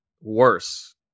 worse